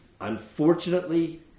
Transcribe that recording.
unfortunately